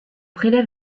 prélève